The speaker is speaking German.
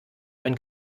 ein